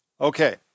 Okay